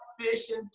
fishing